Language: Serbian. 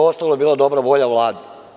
Sve ostalo je bila dobra volja Vlade.